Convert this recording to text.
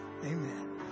amen